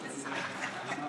שבו.